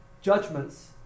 judgments